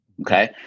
okay